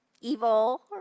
evil